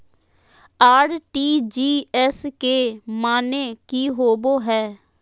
RTGS के माने की होबो है?